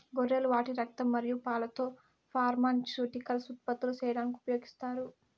గొర్రెలు వాటి రక్తం మరియు పాలతో ఫార్మాస్యూటికల్స్ ఉత్పత్తులు చేయడానికి ఉపయోగిస్తారు